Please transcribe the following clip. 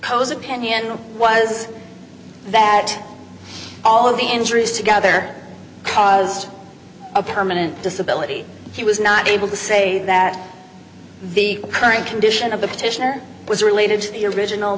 pose opinion was that all of the injuries together caused a permanent disability he was not able to say that the current condition of the petitioner was related to the original